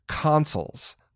Consoles